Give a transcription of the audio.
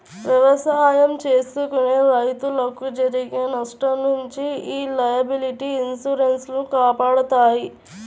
ఎవసాయం చేసుకునే రైతులకు జరిగే నష్టం నుంచి యీ లయబిలిటీ ఇన్సూరెన్స్ లు కాపాడతాయి